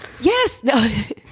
Yes